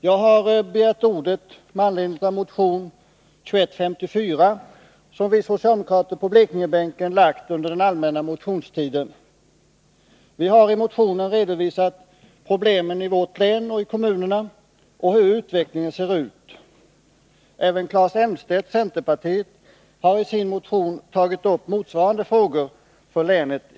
Jag har begärt ordet med anledning av motion 2154, som vi socialdemokrater på Blekingebänken väckt under den allmänna motionstiden. Vi har i motionen redovisat problemen i vårt län och kommunerna, och hur utvecklingen ser ut. Även Claes Elmstedt, centerpartiet, har i sin motion tagit upp motsvarande frågor.